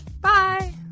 Bye